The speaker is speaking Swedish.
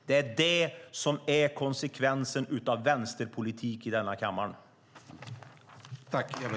Det är detta som är konsekvensen av vänsterpolitik i denna kammare.